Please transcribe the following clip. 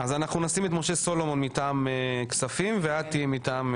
אז אנחנו נשים את משה סולומון מטעם כספים ואת תהיי מטעם,